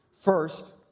First